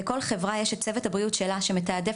לכל חברה יש את צוות הבריאות שלה שמתעדף